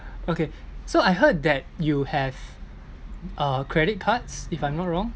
okay so I heard that you have uh credit cards if I'm not wrong